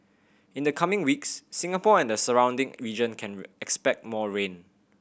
in the coming weeks Singapore and the surrounding region can expect more rain